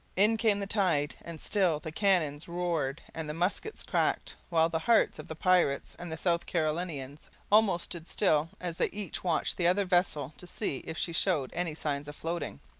in came the tide, and still the cannons roared and the muskets cracked, while the hearts of the pirates and the south carolinians almost stood still as they each watched the other vessel to see if she showed any signs of floating.